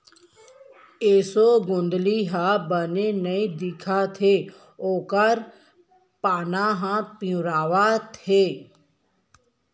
एसों गोंदली ह बने नइ दिखत हे ओकर पाना ह पिंवरावत हे